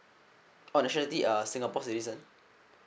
orh nationality uh singapore citizen